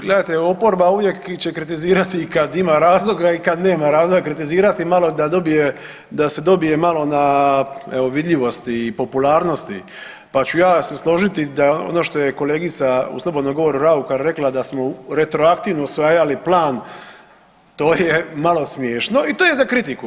Gledajte oporba uvijek će kritizirati i kad ima razloga i kad nema razloga kritizirati malo da dobije, da se dobije malo na evo vidljivosti i popularnosti, pa ću ja se složiti da ono što je kolegica u slobodnom govoru Raukar rekla da smo retroaktivno usvajali plan to je malo smiješno i to je za kritiku.